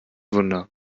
wunder